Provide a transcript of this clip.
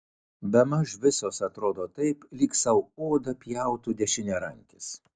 bemaž visos atrodo taip lyg sau odą pjautų dešiniarankis